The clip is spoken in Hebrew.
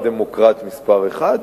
הוא הדמוקרט מספר אחת.